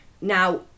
now